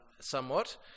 somewhat